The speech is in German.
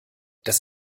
das